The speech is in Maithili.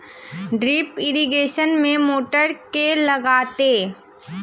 ड्रिप इरिगेशन मे मोटर केँ लागतै?